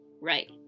Right